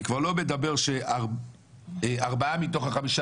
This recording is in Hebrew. אני כבר לא מדבר על כך שארבעה מתוך חמישה